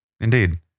Indeed